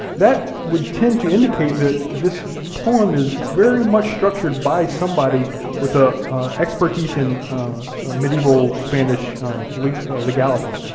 that would tend to indicate that this poem is very much structured by somebody with ah expertise in medieval spanish like ah legality,